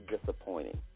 disappointing